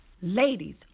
Ladies